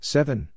Seven